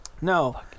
No